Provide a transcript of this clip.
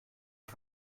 die